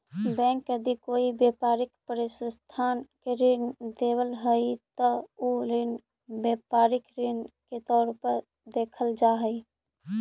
bank यदि कोई व्यापारिक प्रतिष्ठान के ऋण देवऽ हइ त उ ऋण व्यापारिक ऋण के तौर पर देखल जा हइ